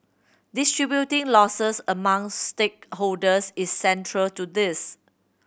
distributing losses among stakeholders is central to this